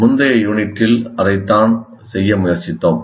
முந்தைய யூனிட்டில் அதைத்தான் செய்ய முயற்சித்தோம்